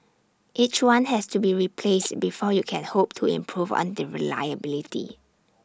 each one has to be replaced before you can hope to improve on the reliability